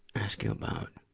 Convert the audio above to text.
ask you about.